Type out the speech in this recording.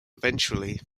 eventually